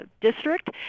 district